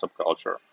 subculture